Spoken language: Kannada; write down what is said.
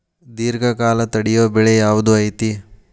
ದೇರ್ಘಕಾಲ ತಡಿಯೋ ಬೆಳೆ ಯಾವ್ದು ಐತಿ?